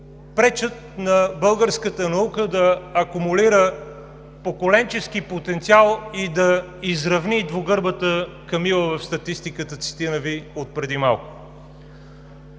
пречат на българската наука да акумулира поколенчески потенциал и да изравни двугърбата камила в статистиката – цитирам Ви отпреди малко.